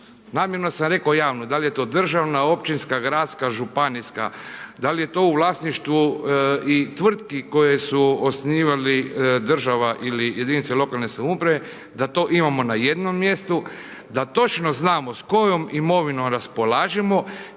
namjerno sam rekao javnu, da li je to državna, općinska, gradska, županijska, da li je to u vlasništvu i tvrtki koje su osnivali država ili jedinica lokalne samouprave da to imamo na jednom mjestu, da točno znamo s kojom imovinom raspolažemo te koja je